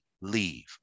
leave